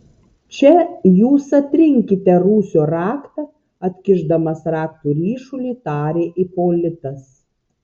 čia jūs atrinkite rūsio raktą atkišdamas raktų ryšulį tarė ipolitas